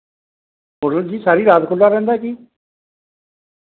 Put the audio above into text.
hotel ਜੀ ਸਾਰੀ ਰਾਤ ਖੁੱਲ੍ਹਾ ਰਹਿੰਦਾ ਜੀ